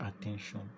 attention